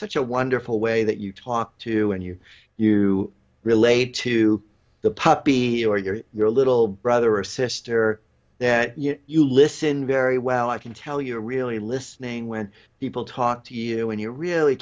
such a wonderful way that you talk to and you you relate to the puppy or you're your little brother or sister that you know you listen very well i can tell you really listening when people talk to you when you really